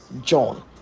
John